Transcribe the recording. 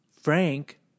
Frank